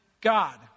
God